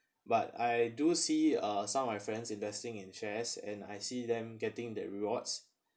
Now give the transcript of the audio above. but I do see uh some of my friends investing in shares and I see them getting that rewards